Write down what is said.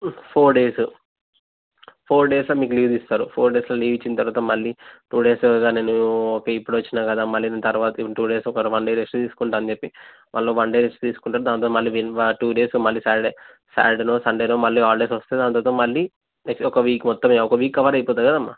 four days four డేసే మీకు leave ఇస్తారు ఫోర్ డేస్లో లీవ్ ఇచ్చిన తరువాత మళ్ళీ టూ డేస్గా నేను ఇప్పుడే వచ్చినా కదా మళ్ళీ నేను తరువాత టూ డేస్ ఒక వన్ డే రెస్ట్ తీసుకుంటాను అని చెప్పి మళ్ళీ వన్ డే రెస్ట్ తీసుకుంటాడు దాని తరువాత మళ్ళీ టూ డేస్లో సాటర్డే సాటర్డేనో సండేనో మళ్ళీ హాలిడేస్ వస్తాయి దాని తరువాత మళ్ళీ ఒక వీక్ మొత్తం ఒక వీక్ కవర్ అయిపోతుంది కదమ్మా